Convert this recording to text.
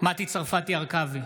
מטי צרפתי הרכבי,